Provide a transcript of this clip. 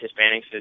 Hispanics